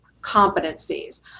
competencies